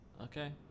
Okay